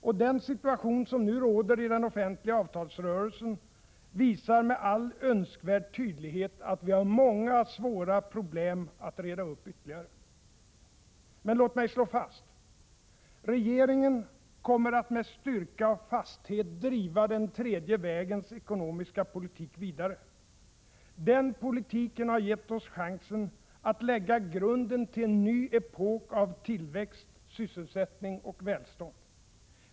Och den situation som nu råder i den offentliga avtalsrörelsen visar med all önskvärd tydlighet att vi fortfarande har många svåra problem att reda upp. Men låt mig slå fast: Regeringen kommer att med styrka och fasthet driva den tredje vägens ekonomiska politik vidare. Den politiken har givit oss chansen att lägga grunden till en ny epok av tillväxt, sysselsättning och välstånd.